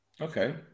Okay